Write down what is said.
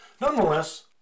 nonetheless